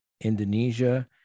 Indonesia